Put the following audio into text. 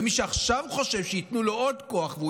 ומי שעכשיו חושב שייתנו לו עוד כוח והוא